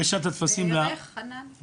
בערך, חנן.